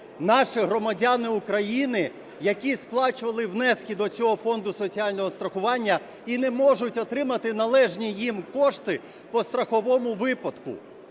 наші громадяни України, які сплачували внески до цього Фонду соціального страхування, і не можуть отримати належні їм кошти про страховому випадку.